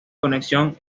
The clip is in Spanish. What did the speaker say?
conexión